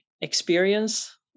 experience